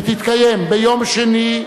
שתתקיים ביום שני,